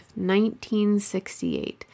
1968